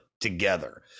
together